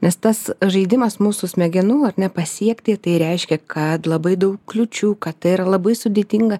nes tas žaidimas mūsų smegenų ar ne pasiekti tai reiškia kad labai daug kliūčių kad tai yra labai sudėtinga